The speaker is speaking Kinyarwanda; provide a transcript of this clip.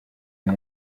uwo